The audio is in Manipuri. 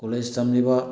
ꯀꯣꯂꯦꯖ ꯇꯝꯃꯤꯕ